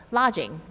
lodging